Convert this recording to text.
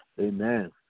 Amen